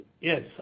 Yes